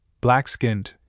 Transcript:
black-skinned